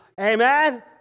Amen